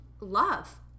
love